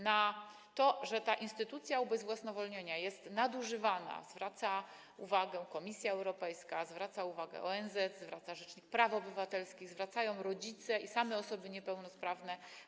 Na to, że instytucja ubezwłasnowolnienia jest nadużywana, zwraca uwagę Komisja Europejska, zwraca uwagę ONZ, zwraca uwagę rzecznik praw obywatelskich, zwracają uwagę rodzice i same osoby niepełnosprawne.